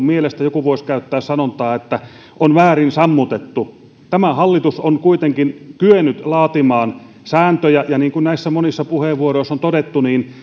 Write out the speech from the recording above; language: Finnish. mielestä joku voisi käyttää sanontaa että on väärin sammutettu tämä hallitus on kuitenkin kyennyt laatimaan sääntöjä ja niin kuin näissä monissa puheenvuoroissa on todettu